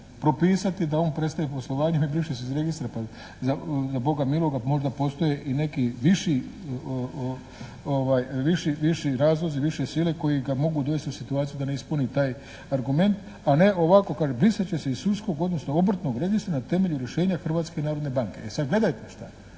da on prestaje poslovanjem i briše se iz registra. Pa za Boga miloga možda postoji i neki viši razlozi, više sile koje ga mogu dovesti u situaciju da ne ispuni taj argument a ne ovako. Kaže: brisat će se iz sudskog odnosno obrtnog registra na temelju rješenja Hrvatske narodne banke. E sad gledajte šta